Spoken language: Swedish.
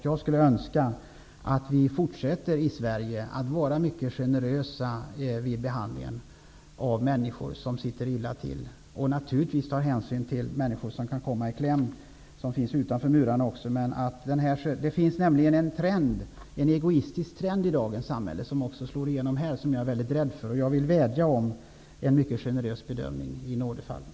Jag skulle önska att vi i Sverige fortsätter att vara mycket generösa vid behandlingen av människor som sitter illa till. Vi skall naturligtvis även ta hänsyn till människor som finns utanför murarna och som kan komma i kläm. Det finns en egoistisk trend i dagens samhälle som också slår igenom här och som jag är mycket rädd för. Jag vädjar om en mycket generös bedömning i nådefallen.